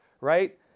right